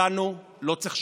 אותנו לא צריך לשכנע.